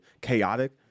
chaotic